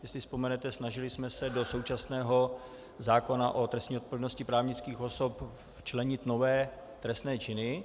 Jestli vzpomenete, snažili jsme se do současného zákona o trestní odpovědnosti právnických osob včlenit nové trestné činy.